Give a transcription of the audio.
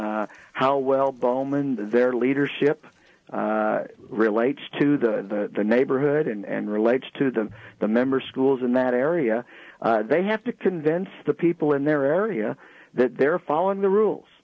how well bowman their leadership relates to the neighborhood and relates to them the members schools in that area they have to convince the people in their area that they're following the rules